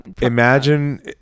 imagine